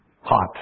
hot